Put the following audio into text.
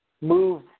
move